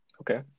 Okay